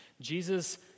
Jesus